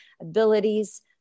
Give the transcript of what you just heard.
abilities